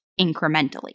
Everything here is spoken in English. incrementally